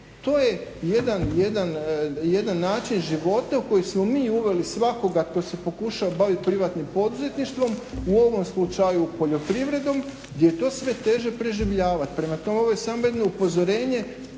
To je jedan način života u koji smo mi uveli svakoga tko se pokuša baviti privatnim poduzetništvom, u ovom slučaju poljoprivredom gdje je to sve teže preživljavati. Prema tome, ovo je samo jedno upozorenje.